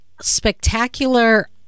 spectacular